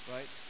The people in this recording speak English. Right